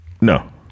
No